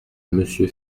monsieur